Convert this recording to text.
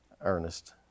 Ernest